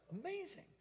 amazing